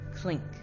clink